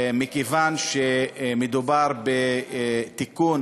מכיוון שמדובר בתיקון